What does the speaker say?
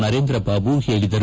ನರೇಂದ್ರ ಬಾಬು ಹೇಳಿದರು